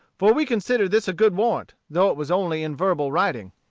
for we considered this a good warrant, though it was only in verbal writing.